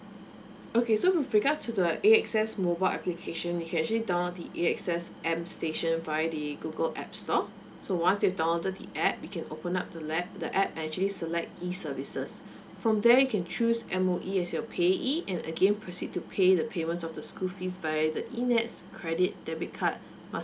okay so with regard to the A_X_S mobile application you can actually download the A_X_S M station via the google app store so once you've downloaded the app you can open up the app the app and actually select E services from there you can choose M_O_E as your payee and again proceed to pay the payment of the school fees via the E N_E_T_S credit debit card master pass